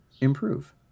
improve